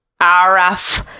Araf